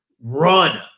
run